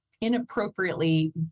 inappropriately